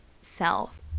self